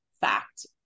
fact